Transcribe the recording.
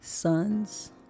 Sons